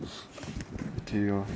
okay lah